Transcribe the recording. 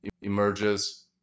emerges